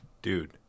Dude